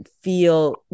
feel